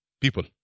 people